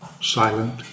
silent